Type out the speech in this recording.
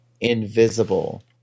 invisible